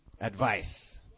advice